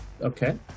okay